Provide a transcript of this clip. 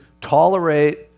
tolerate